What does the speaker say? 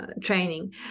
training